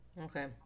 Okay